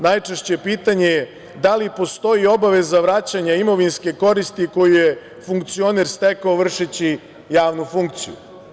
Najčešće pitanje je da li postoji obaveza vraćanja imovinske koristi koju je funkcioner stekao vršeći javnu funkciju.